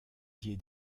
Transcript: dié